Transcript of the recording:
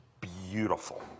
beautiful